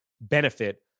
benefit